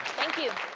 thank you.